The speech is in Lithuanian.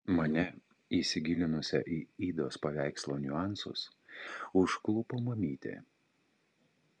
mane įsigilinusią į idos paveikslo niuansus užklupo mamytė